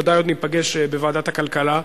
בוודאי עוד ניפגש בוועדת הכלכלה.